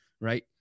right